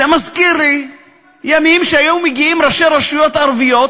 זה מזכיר לי ימים שהיו מגיעים ראשי רשויות ערביות